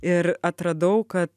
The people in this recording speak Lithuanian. ir atradau kad